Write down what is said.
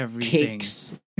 cakes